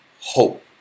hope